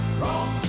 wrong